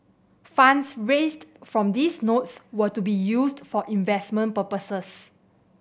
funds raised from these notes were to be used for investment purposes